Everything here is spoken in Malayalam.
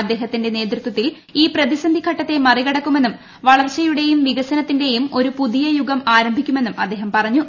അദ്ദേഹത്തിന്റെ നേതൃത്വത്തിൽ ഈ പ്രതിസന്ധിഘട്ടത്തെ മറികടക്കുമെന്നും വളർച്ച യുടെയും വികസനത്തിന്റേയും ഒരു പുതിയയുഗം ആരംഭിക്കു മെന്നും അദ്ദേഹം പറഞ്ഞു